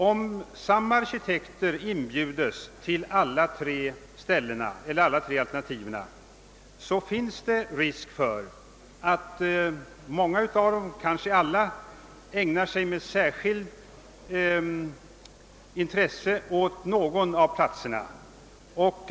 Om samma arkitekter inbjudes till alla tre alternativen, finns det risk för att många av dem — kanske alla ägnar sig med särskilt intresse åt någon av platserna.